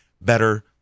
better